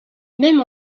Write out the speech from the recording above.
même